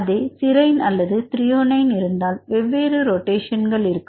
அதே சிரைன் அல்லது திரியோனைன் இருந்தால் வெவ்வேறு ரொட்டேஷன்ங்கள் இருக்கும்